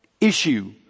issue